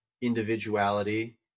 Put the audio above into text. individuality